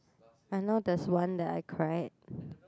I know there's one that I cried